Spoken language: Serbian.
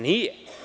Nije.